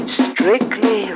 strictly